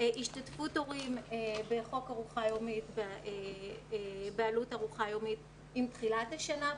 השתתפות הורים בחוק ארוחה יומית בעלות ארוחה יומית בתחילת השנה.